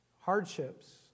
hardships